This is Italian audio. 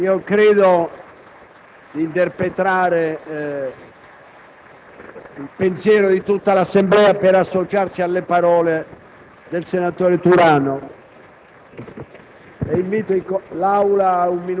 Credo di interpretare il pensiero di tutta l'Assemblea nell'associarmi alle parole del senatore Turano.